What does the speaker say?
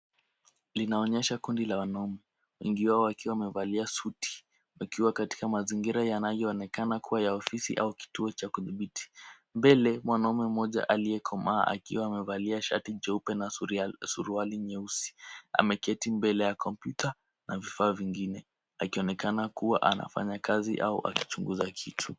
Linaonyesha kundi la wanaume, wengi wao wakiwa wamevalia suti, wakiwa katika mazingira yanayoonekana kuwa ya ofisi au ya kituo cha kudhibiti, mbele mwanamume mmoja aliyekoma akiwa amevalia shati jeupe na suruali nyeusi ameketi mbele ya kompyuta na vifaa vingine, akionekana kuwa anafanya kazi au akichunguza kitu.